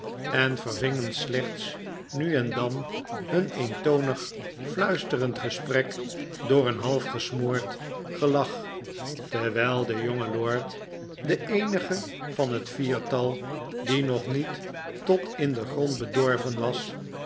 en vervingen slechts nu en dan hun eentonig fluisterend gesprek door een half gesmoord gelach terwijl de jonge lord de eenige van het viertal die nog niet tot in den grond bedorven was